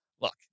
look